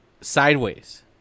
sideways